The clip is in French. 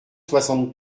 soixante